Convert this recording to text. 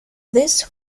this